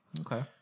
Okay